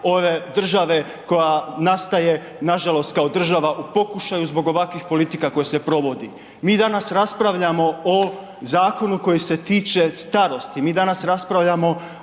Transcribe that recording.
ove države koja nastaje, nažalost, kao država u pokušaju zbog ovakvih politika koja se provodi. Mi danas raspravljamo o zakonu koji se tiče starosti, mi danas raspravljamo,